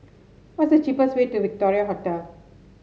what is the cheapest way to Victoria Hotel